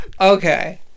Okay